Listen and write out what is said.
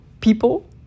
people